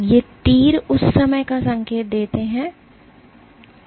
तो ये तीर उस समय का संकेत देते हैं